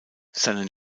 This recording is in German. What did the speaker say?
seinen